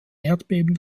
erdbeben